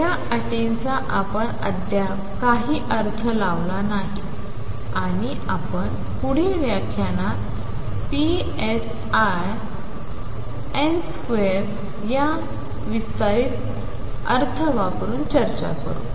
या अटींचा आपण अद्याप काही अर्थ लावला नाही आणि आपण पुढील व्याख्यानात psi n square चा विस्तारित अर्थ यावर चर्चा करू